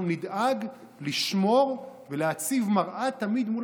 אנחנו נדאג לשמור ולהציב מראה תמיד מול